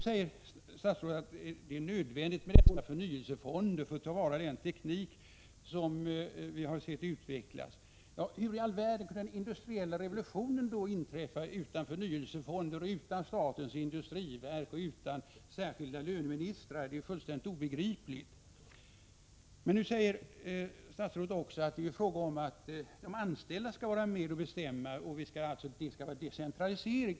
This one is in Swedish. Statsrådet säger att det är nödvändigt med dessa förnyelsefonder för att ta till vara den teknik som vi har sett utvecklas. Hur i all världen kunde den industriella revolutionen komma till stånd utan förnyelsefonder, utan statens industriverk och utan särskilda löneministrar? Det är fullständigt obegripligt. Statsrådet säger också att det är fråga om att de anställda skall få vara med och bestämma. Det skall vara decentralisering.